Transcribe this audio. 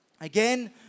Again